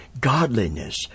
Godliness